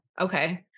Okay